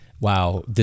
wow